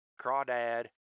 crawdad